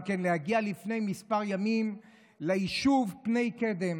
להגיע לפני כמה ימים ליישוב פני קדם.